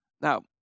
Now